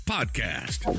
Podcast